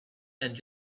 and